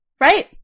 right